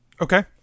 Okay